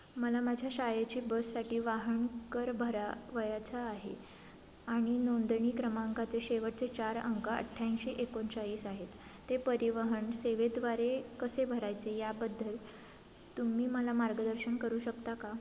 मला माझ्या शाळेच्या बससाठी वाहन कर भरावयाचा आहे आणि नोंदणी क्रमांकाचे शेवटचे चार अंक अठ्ठ्याऐंशी एकोणचाळीस आहेत ते परिवहन सेवेद्वारे कसे भरायचे याबद्दल तुम्ही मला मार्गदर्शन करू शकता का